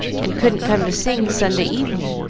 and couldn't come to sing sunday evening,